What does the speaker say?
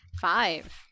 Five